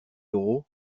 euros